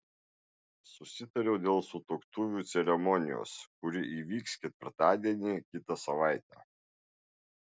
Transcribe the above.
susitariau dėl sutuoktuvių ceremonijos kuri įvyks ketvirtadienį kitą savaitę